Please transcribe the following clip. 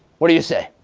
what do you say?